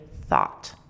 thought